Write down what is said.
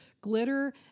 glitter